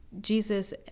Jesus